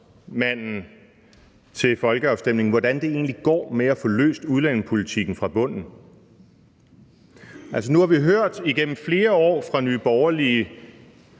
ophavsmanden til folkeafstemningen, hvordan det egentlig går med at få løst udlændingepolitikken fra bunden. Altså, nu har vi igennem flere år fra Nye Borgerlige